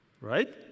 Right